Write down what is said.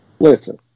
Listen